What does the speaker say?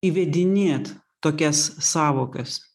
įvedinėt tokias sąvokas